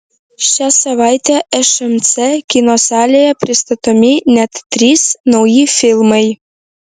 šią savaitę šmc kino salėje pristatomi net trys nauji filmai